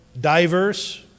diverse